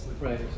right